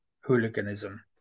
hooliganism